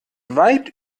weit